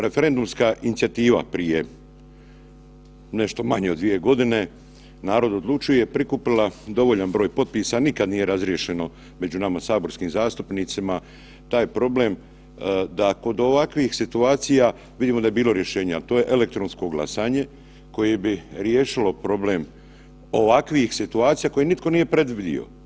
Referendumska inicijativa prije nešto manje od dvije godine „Narod odlučuje“ prikupila dovoljan broj potpisa, nikad nije razriješeno među nama saborskim zastupnicima taj problem, da kod ovakvih situacija vidimo da je bilo rješenja, a to je elektronsko glasanje koje bi riješilo problem ovakvih situacija koje nitko nije predvidio.